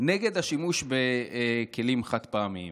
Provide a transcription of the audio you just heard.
נגד השימוש בכלים חד-פעמיים.